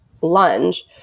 lunge